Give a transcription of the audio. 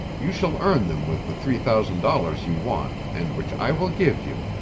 you shall earn them with the three thousand dollars you want and which i will give you.